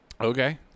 Okay